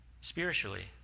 spiritually